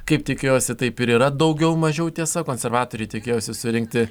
kaip tikėjosi taip ir yra daugiau mažiau tiesa konservatoriai tikėjosi surinkti